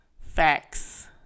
Facts